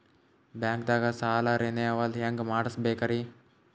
ಬ್ಯಾಂಕ್ದಾಗ ಸಾಲ ರೇನೆವಲ್ ಹೆಂಗ್ ಮಾಡ್ಸಬೇಕರಿ?